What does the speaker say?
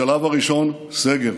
השלב הראשון, סגר,